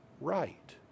right